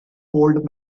old